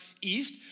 east